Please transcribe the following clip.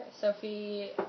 Sophie